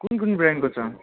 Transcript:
कुन कुन ब्रान्डको छ